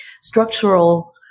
structural